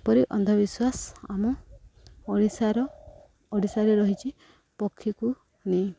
ଏପରି ଅନ୍ଧବିଶ୍ୱାସ ଆମ ଓଡ଼ିଶାର ଓଡ଼ିଶାରେ ରହିଛି ପକ୍ଷୀକୁ ନେଇ